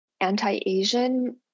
anti-Asian